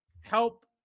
help